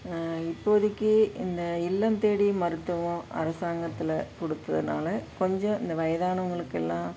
இப்போதைக்கி இந்த இல்லம் தேடி மருத்துவம் அரசாங்கத்தில் கொடுத்ததுனால கொஞ்சம் இந்த வயதானவங்களுக்கெல்லாம்